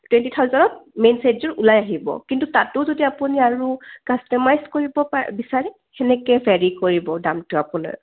twenty থাউজেণ্ডত main ছেটযোৰ ওলাই আহিব কিন্তু তাতো যদি আপুনি আৰু কাষ্টমাইজ কৰিব পা বিচাৰে তেনেকৈ ভেৰি কৰিব দামটো আপোনাৰ